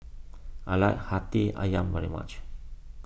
I like Hati Ayam very much